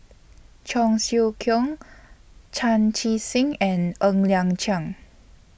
Cheong Siew Keong Chan Chee Seng and Ng Liang Chiang